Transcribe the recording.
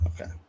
Okay